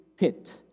pit